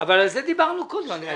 -- הרי על זה דיברנו קודם.